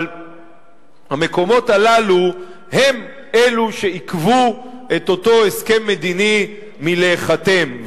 אבל המקומות הללו הם אלו שעיכבו את אותו הסכם מדיני מלהיחתם,